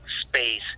space